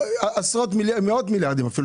עשרות מיליארדים,